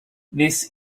this